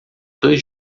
dois